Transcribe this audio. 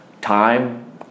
Time